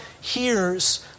hears